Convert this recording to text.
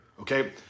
okay